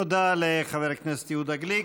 תודה לחבר הכנסת יהודה גליק.